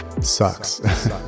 sucks